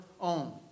own